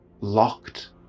locked